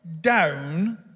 down